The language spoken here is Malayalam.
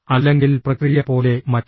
അല്ലെങ്കിൽ പ്രക്രിയ പോലെ മറ്റ്